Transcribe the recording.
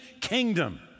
kingdom